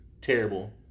Terrible